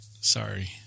sorry